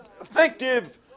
effective